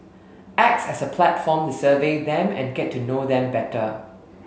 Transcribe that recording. acts as a platform to survey them and get to know them better